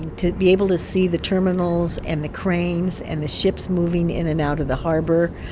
to be able to see the terminals and the cranes and the ships moving in and out of the harbor,